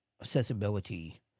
accessibility